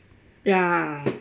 ya